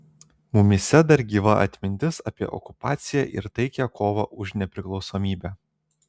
mumyse dar gyva atmintis apie okupaciją ir taikią kovą už nepriklausomybę